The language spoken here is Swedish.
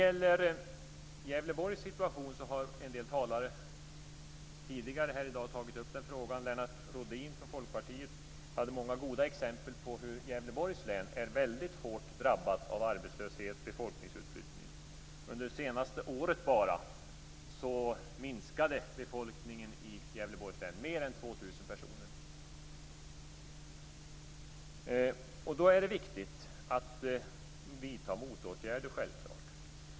Detta med Gävleborgs situation har en del talare tidigare här i dag tagit upp. Lennart Rohdin från Folkpartiet hade många goda exempel på hur Gävleborgs län är väldigt hårt drabbat av arbetslöshet och befolkningsutflyttning. Bara under det senaste året minskade befolkningen i Gävleborgs län med mer än Då är det självklart viktigt att vidta motåtgärder.